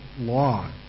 law